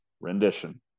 rendition